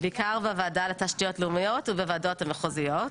בוועדה לתשתיות לאומיות ובוועדות המחוזיות.